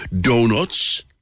Donuts